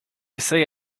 say